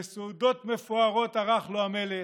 וסעודות מפוארות ערך לו המלך.